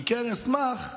אני אשמח,